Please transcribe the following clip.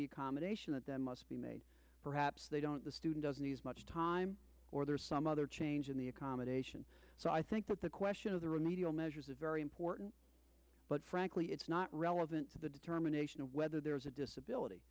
the accommodation that there must be made perhaps they don't the student doesn't use much time or there's some other change in the accommodation so i think that the question of the remedial measures a very important but frankly it's not relevant to the determination of whether there is a disability